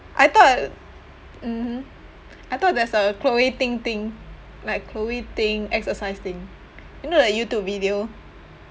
I thought mmhmm I thought there's a chloe ting thing like chloe ting exercise thing you know the Youtube video